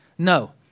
No